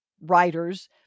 writers